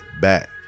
back